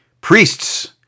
priests